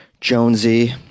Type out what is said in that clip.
Jonesy